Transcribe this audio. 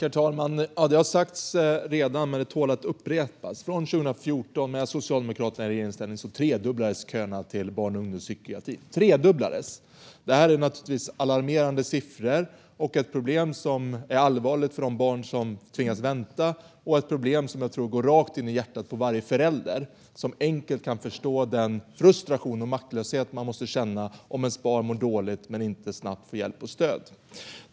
Herr talman! Det har redan sagts men tål att upprepas: Från 2014, med Socialdemokraterna i regeringsställning, tredubblades köerna till barn och ungdomspsykiatrin. Det är givetvis alarmerande siffror och ett allvarligt problem för de barn som tvingas vänta - ett problem som jag tror går rakt in i hjärtat på varje förälder, som enkelt kan förstå den frustration och maktlöshet man måste känna om ens barn mår dåligt och inte snabbt får hjälp och stöd.